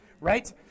right